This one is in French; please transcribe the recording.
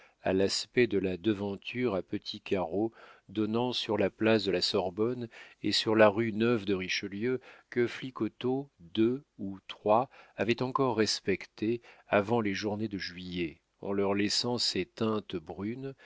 à l'aspect de la devanture à petits carreaux donnant sur la place de la sorbonne et sur la rue neuve de richelieu que flicoteaux ii ou iii avait encore respectée avant les journées de juillet en leur laissant ces teintes brunes